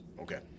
Okay